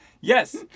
yes